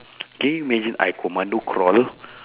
can you imagine I commando crawl